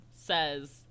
says